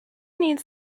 needs